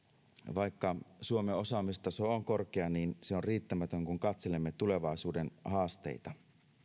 vaikka suomen osaamistaso on korkea se on riittämätön kun katselemme tulevaisuuden haasteita